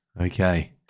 okay